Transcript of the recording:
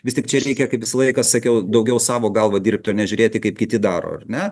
vis tik čia reikia kaip visą laiką sakiau daugiau savo galva dirbt o nežiūrėti kaip kiti daro ar ne